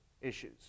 issues